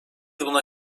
buna